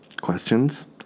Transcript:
Questions